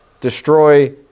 destroy